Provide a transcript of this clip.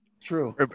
True